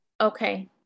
Okay